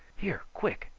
here, quick!